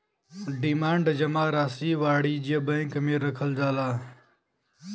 demand जमा राशी वाणिज्य बैंक मे रखल जाला